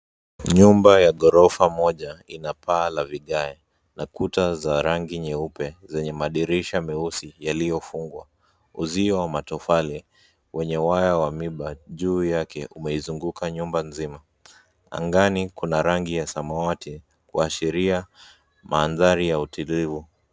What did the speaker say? Nyumba ya ghorofa moja ,ina paa la vinyae na kuta za rangi nyeupe zenye madirisha meusi yaliyofungwa. Uzio wa matofali wenye waya wa mimba juu yake, umeizunguka nyumba nzima. Angani, kuna rangi ya samawati kwa sheria mandhari ya utiribu.